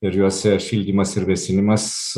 ir juose ir šildymas ir vėsinimas